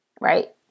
right